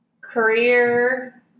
career